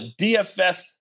DFS